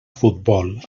futbol